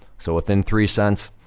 so, within three cents,